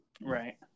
Right